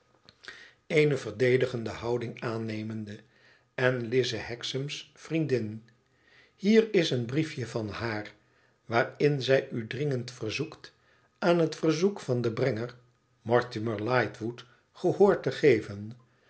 verdedi gende houding aannemende ten lize hexam's vriendin hier is een briefje van haar waarin zij u dringend verzoekt aan het verzoek van den brenger mortimer li htwood gehoor te geven